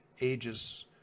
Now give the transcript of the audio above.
ages